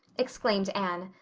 exclaimed anne,